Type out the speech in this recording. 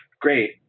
Great